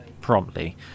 promptly